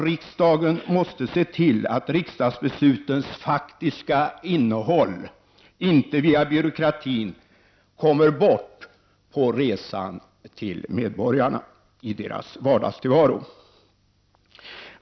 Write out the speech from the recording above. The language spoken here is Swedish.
Riksdagen måste se till att riksdagsbeslutens faktiska innehåll inte via byråkratin kommer bort på resan till medborgarna i deras vardagstillvaro.